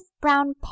brown